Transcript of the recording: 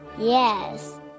Yes